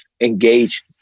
engage